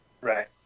Right